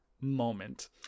moment